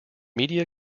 media